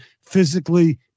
physically